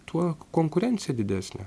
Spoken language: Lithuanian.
tuo konkurencija didesnė